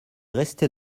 restait